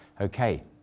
Okay